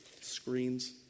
screens